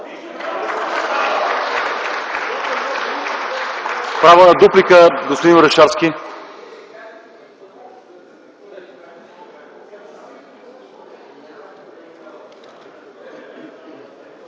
Право на дуплика – господин Орешарски.